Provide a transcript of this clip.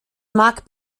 mag